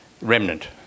remnant